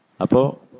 Apo